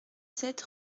sept